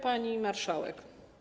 Pani Marszałek!